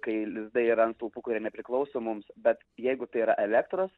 kai lizdai yra ant stulpų kurie nepriklauso mums bet jeigu tai yra elektros